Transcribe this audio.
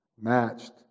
matched